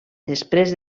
després